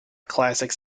classic